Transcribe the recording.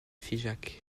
figeac